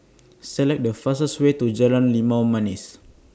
Select The fastest Way to Jalan Limau Manis